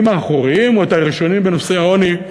האחוריים או את הראשונים בנושא העוני,